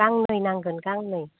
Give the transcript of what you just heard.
गांनै नांगोन गांनै